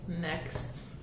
next